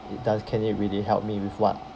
it does can it really help me with what